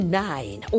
nine